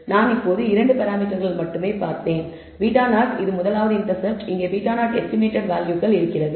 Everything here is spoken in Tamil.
நான் இப்போது 2 பராமீட்டர்கள் மட்டுமே பார்ப்பேன் β0 இது முதலாவது இண்டெர்செப்ட் இங்கே β0 எஸ்டிமேடட் வேல்யூகள் இருக்கிறது